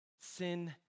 Sin